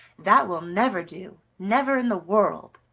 that will never do, never in the world.